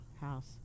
house